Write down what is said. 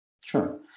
Sure